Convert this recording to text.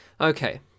Okay